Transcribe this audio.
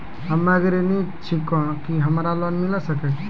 हम्मे गृहिणी छिकौं, की हमरा लोन मिले सकय छै?